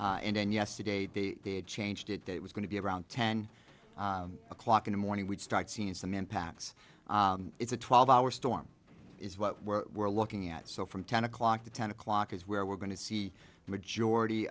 morning and then yesterday they changed it it was going to be around ten o'clock in the morning we'd start seeing some impacts it's twelve hour storm is what we're we're looking at so from ten o'clock to ten o'clock is where we're going to see the majority